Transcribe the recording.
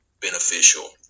beneficial